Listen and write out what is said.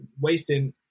wasting